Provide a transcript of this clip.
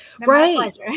right